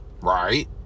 right